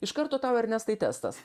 iš karto tau ernestai testas